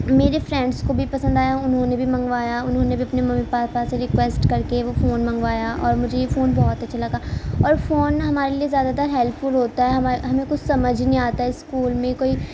میرے فرینڈس کو بھی پسند آیا انہوں نے بھی منگوایا انہوں نے بھی اپنی ممی پایا سے ریکویسٹ کر کے وہ فون منگوایا اور مجھے یہ فون بہت اچھا لگا اور فون نا ہمارے لیے زیادہ تر ہیلپ فل ہوتا ہے ہمیں کچھ سمجھ نہیں آتا ہے اسکول میں کوئی